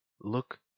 Look